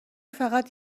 فقط